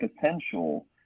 potential